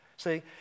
See